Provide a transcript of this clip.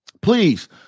please